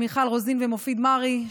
מיכל רוזין ומופיד מרעי,